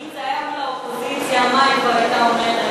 אם זה היה מהאופוזיציה, מה היא כבר הייתה אומרת.